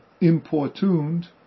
importuned